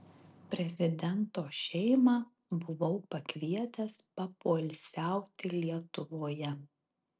prezidento šeimą buvau pakvietęs papoilsiauti lietuvoje